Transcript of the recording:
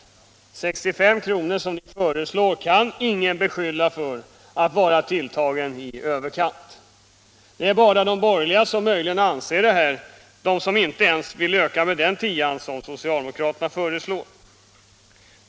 Ingen kan beskylla er för att de 65 kr. som ni föreslår skulle vara tilltagna i överkant. Det är bara de borgerliga som möjligen anser detta, de som inte ens vill öka med den tia som socialdemokraterna föreslår.